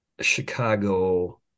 Chicago